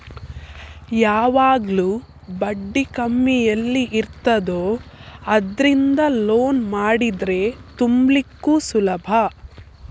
ಯಾವಾಗ್ಲೂ ಬಡ್ಡಿ ಕಮ್ಮಿ ಎಲ್ಲಿ ಇರ್ತದೋ ಅದ್ರಿಂದ ಲೋನ್ ಮಾಡಿದ್ರೆ ತುಂಬ್ಲಿಕ್ಕು ಸುಲಭ